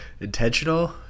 intentional